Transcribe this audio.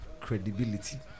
credibility